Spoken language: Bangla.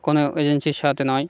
কোনো এজেন্সির সাথে নয়